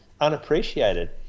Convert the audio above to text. unappreciated